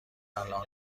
الآن